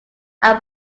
are